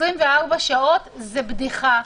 24 שעות זה בדיחה.